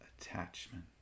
attachment